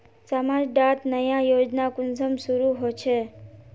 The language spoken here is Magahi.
समाज डात नया योजना कुंसम शुरू होछै?